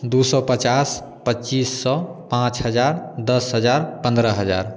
दो सौ पचास पच्चीस सौ पाँच हज़ार दस हज़ार पंद्रह हज़ार